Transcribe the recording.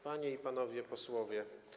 Panie i Panowie Posłowie!